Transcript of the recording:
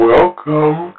Welcome